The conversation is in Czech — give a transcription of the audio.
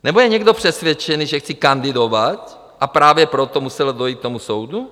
Nebo je někdo přesvědčený, že chci kandidovat, a právě proto muselo dojít k tomu soudu?